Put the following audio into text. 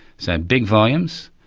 so big volumes.